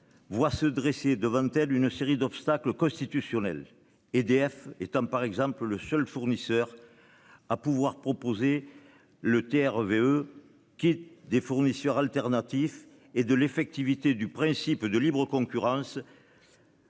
Voit se dresser devant une telle une série d'obstacles constitutionnels EDF et par exemple le seul fournisseur. À pouvoir proposer le TR EVE qui des fournisseurs alternatifs et de l'effectivité du principe de libre concurrence.